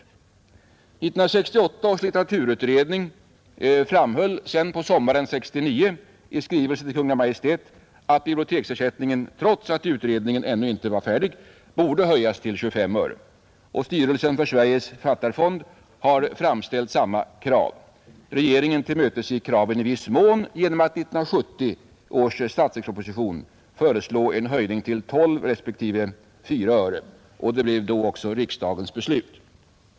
1968 års litteraturutredning framhöll i skrivelse till Kungl. Maj:t sommaren 1969 att biblioteksersättningen trots att utredningen ännu inte var färdig borde höjas till 25 öre. Styrelsen för Sveriges författarfond har framställt samma krav. Regeringen tillmötesgick kraven i viss mån genom att i 1970 års statsverksproposition föreslå en höjning till 12 respektive 4 öre, och det blev också riksdagens beslut.